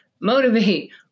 motivate